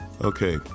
Okay